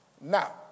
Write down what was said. Now